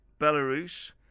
Belarus